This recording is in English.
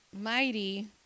mighty